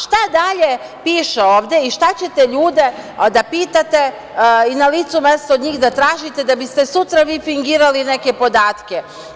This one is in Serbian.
Šta dalje piše ovde i šta ćete ljude da pitate i na licu mesta od njih da tražite, da bi ste sutra fingirali neke podatke.